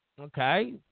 Okay